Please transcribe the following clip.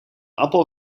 appel